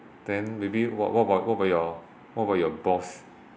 then maybe what what about what about your what about your boss